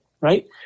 right